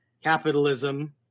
capitalism